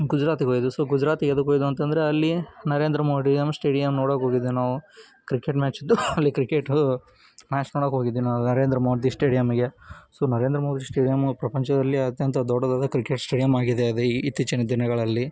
ಗುಜರಾತಿಗೆ ಹೋಗಿದ್ವಿ ಸೊ ಗುಜರಾತಿಗೆ ಎದಕ್ಕೆ ಹೋಗಿದ್ದೋ ಅಂತ ಅಂದ್ರೆ ಅಲ್ಲಿ ನರೇಂದ್ರ ಮೋಡಿಯಮ್ ಸ್ಟೇಡಿಯಮ್ ನೋಡೋಕ್ಕೋಗಿದ್ವಿ ನಾವು ಕ್ರಿಕೆಟ್ ಮ್ಯಾಚ್ದು ಅಲ್ಲಿ ಕ್ರಿಕೆಟು ಮ್ಯಾಚ್ ನೋಡೋಕ್ಕೋಗಿದ್ವಿ ನಾವೆಲ್ಲ ನರೇಂದ್ರ ಮೋದಿ ಸ್ಟೇಡಿಯಮ್ಗೆ ಸೊ ನರೇಂದ್ರ ಮೋದಿ ಸ್ಟೇಡಿಯಮ್ಮು ಪ್ರಪಂಚದಲ್ಲಿ ಅತ್ಯಂತ ದೊಡ್ಡದಾದ ಕ್ರಿಕೆಟ್ ಸ್ಟೇಡಿಯಮ್ ಆಗಿದೆ ಅದು ಈ ಇತ್ತೀಚಿನ ದಿನಗಳಲ್ಲಿ